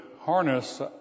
harness